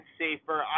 safer